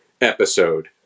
episode